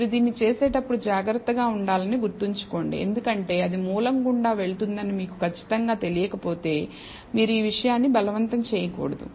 మీరు దీన్ని చేసేటప్పుడు జాగ్రత్తగా ఉండాలని గుర్తుంచుకోండి ఎందుకంటే అది మూలం గుండా వెళుతుందని మీకు ఖచ్చితంగా తెలియకపోతే మీరు ఈ విషయాన్ని బలవంతం చేయకూడదు